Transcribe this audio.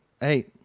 Hey